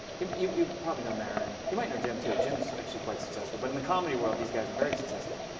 you know you you probably know maron. you might know jim too. jim is actually quite successful. but in the comedy world these guys are very successful.